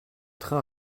train